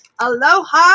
Aloha